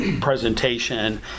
presentation